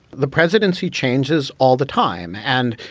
the presidency changes all the time. and,